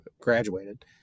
graduated